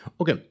okay